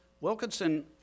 Wilkinson